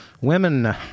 women